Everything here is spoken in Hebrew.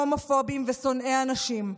ההומופובים ושונאי הנשים.